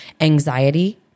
Anxiety